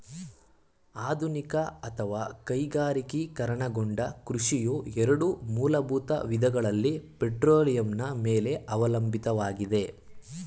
ಆಧುನಿಕ ಅಥವಾ ಕೈಗಾರಿಕೀಕರಣಗೊಂಡ ಕೃಷಿಯು ಎರಡು ಮೂಲಭೂತ ವಿಧಗಳಲ್ಲಿ ಪೆಟ್ರೋಲಿಯಂನ ಮೇಲೆ ಅವಲಂಬಿತವಾಗಿದೆ